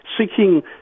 seeking